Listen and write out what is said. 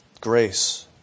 grace